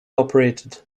operated